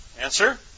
Answer